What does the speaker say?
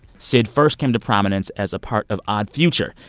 syd first came to prominence as a part of odd future.